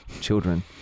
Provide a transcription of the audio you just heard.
Children